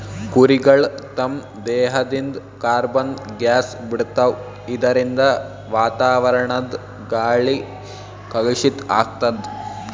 ಕುರಿಗಳ್ ತಮ್ಮ್ ದೇಹದಿಂದ್ ಕಾರ್ಬನ್ ಗ್ಯಾಸ್ ಬಿಡ್ತಾವ್ ಇದರಿಂದ ವಾತಾವರಣದ್ ಗಾಳಿ ಕಲುಷಿತ್ ಆಗ್ತದ್